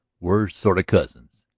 we're sort of cousins!